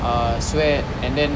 ah sweat and then